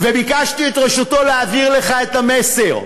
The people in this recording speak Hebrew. וביקשתי את רשותו להעביר לך את המסר.